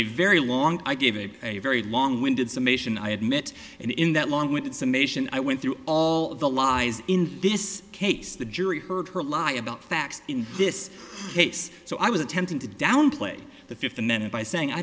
a very long i gave it a very long winded summation i admit and in that long winded summation i went through all of the lies in this case the jury heard her lie about facts in this case so i was attempting to downplay the fifth a minute by saying i